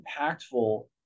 impactful